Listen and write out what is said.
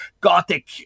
gothic